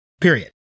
period